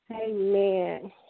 Amen